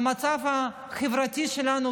המצב החברתי שלנו,